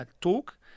talk